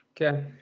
Okay